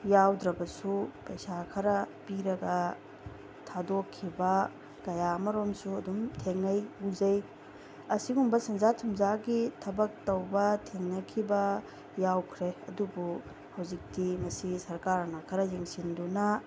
ꯌꯥꯎꯗ꯭ꯔꯕꯁꯨ ꯄꯩꯁꯥ ꯈꯔ ꯄꯤꯔꯒ ꯊꯥꯗꯣꯛꯈꯤꯕ ꯀꯌꯥ ꯑꯃꯔꯣꯝꯁꯨ ꯑꯗꯨꯝ ꯊꯦꯡꯅꯩ ꯎꯖꯩ ꯑꯁꯤꯒꯨꯝꯕ ꯁꯦꯟꯖꯥ ꯊꯨꯝꯖꯥꯒꯤ ꯊꯕꯛ ꯇꯧꯕ ꯊꯦꯡꯅꯈꯤꯕ ꯌꯥꯎꯈ꯭ꯔꯦ ꯑꯗꯨꯕꯨ ꯍꯧꯖꯤꯛꯇꯤ ꯃꯁꯤ ꯁꯔꯀꯥꯔꯅ ꯈꯔ ꯌꯦꯡꯁꯤꯟꯗꯨꯅ